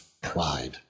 pride